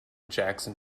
jackson